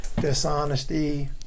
dishonesty